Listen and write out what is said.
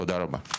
תודה רבה.